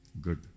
Good